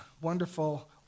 wonderful